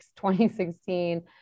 2016